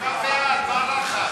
אנחנו עוברים להצבעה.